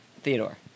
Theodore